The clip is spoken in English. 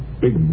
big